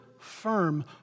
Firm